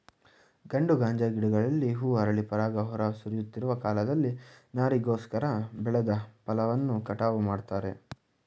ಗಂಡು ಗಾಂಜಾ ಗಿಡಗಳಲ್ಲಿ ಹೂ ಅರಳಿ ಪರಾಗ ಹೊರ ಸುರಿಯುತ್ತಿರುವ ಕಾಲದಲ್ಲಿ ನಾರಿಗೋಸ್ಕರ ಬೆಳೆದ ಫಸಲನ್ನು ಕಟಾವು ಮಾಡ್ತಾರೆ